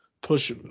push